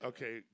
Okay